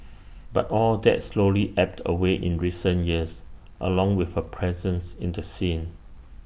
but all that slowly ebbed away in recent years along with her presence in the scene